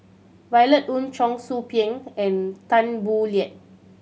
Violet Oon Cheong Soo Pieng and Tan Boo Liat